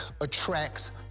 attracts